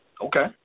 Okay